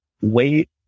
wait